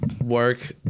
work